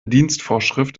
dienstvorschrift